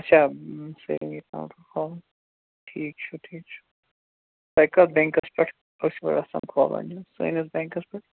اچھا saving account چھُو کھولُن ٹھیٖک چھُ ٹھیٖک چھُ تۄہہِ کَتھ بیٚنکَس پٮ۪ٹھ آسوٕ ویٚژھان کھولُن یہِ سٲنِس بیٚنکَس پٮ۪ٹھ